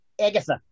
Agatha